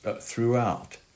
throughout